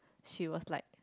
she was like